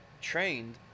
trained